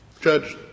Judge